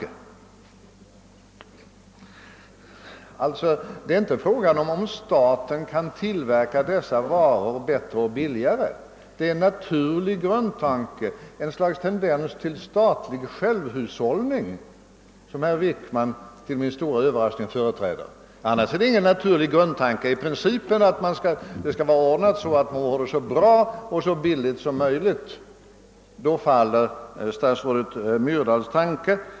Det gäller alltså inte huruvida staten kan tillverka dessa varor bättre och billigare, utan det är en naturlig grundtanke, ett slags tendens till statlig självhushållning, som herr Wickman till min stora överraskning företräder. Annars är det ingen naturlig grundtanke. Är principen att det skall vara ordnat så att man får det så bra och så billigt som möjligt, då faller statsrådet Myrdals tanke.